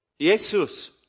Jesus